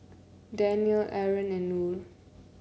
Danial Aaron and Nor